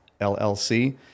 LLC